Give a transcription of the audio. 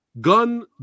gun